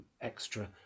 extra